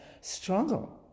struggle